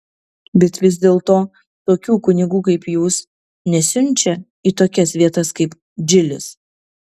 bet vis dėlto tokių kunigų kaip jūs nesiunčia į tokias vietas kaip džilis